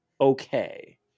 Okay